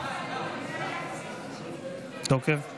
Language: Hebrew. לסעיף 01 בדבר